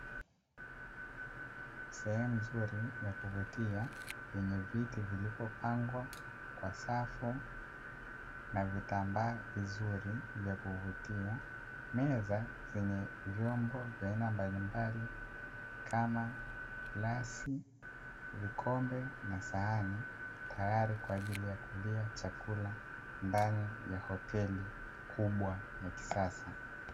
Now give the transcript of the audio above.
Sehemu nzuri ya kuvutia, yenye viti vilivyopangwa kwa safu na vitambaa vizuri vya kuvutia. Meza zenye vyombo vya aina mbalimbali kama glasi, vikombe na sahani tayari kwaajili ya kulia chakula ndani ya hoteli kubwa ya kisasa.